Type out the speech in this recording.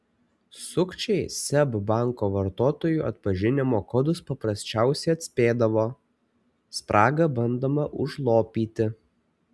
sukčiai seb banko vartotojų atpažinimo kodus paprasčiausiai atspėdavo spragą bandoma užlopyti